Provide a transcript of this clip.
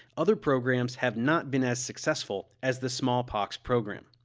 other programs have not been as successful as the smallpox program.